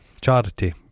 charity